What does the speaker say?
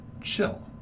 chill